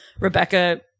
Rebecca